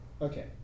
Okay